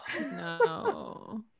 No